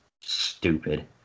Stupid